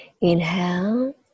Inhale